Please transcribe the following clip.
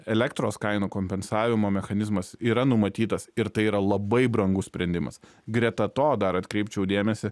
elektros kainų kompensavimo mechanizmas yra numatytas ir tai yra labai brangus sprendimas greta to dar atkreipčiau dėmesį